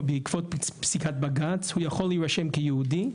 בעקבות פסיקת בבג"ץ הוא יכול להירשם כיהודי,